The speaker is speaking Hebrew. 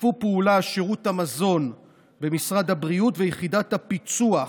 שיתפו פעולה שירות המזון במשרד הבריאות ויחידת הפיצו"ח.